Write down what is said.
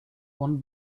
one